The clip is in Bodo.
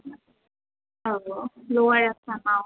औ लवार आसामाव